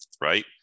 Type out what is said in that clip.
right